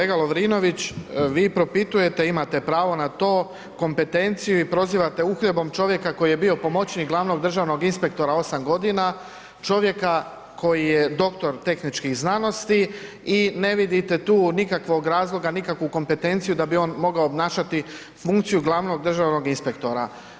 Uvaženi kolega Lovrinović, vi propitujete, imate pravo na to kompetenciju i prozivate uhljebom čovjeka koji je bio pomoćnik glavnog državnog inspektora 8 godina, čovjeka koji je doktor tehničkih znanosti i ne vidite tu nikakvog razloga, nikakvu kompetenciju da bi on mogao obnašati funkciju glavnog državnog inspektora.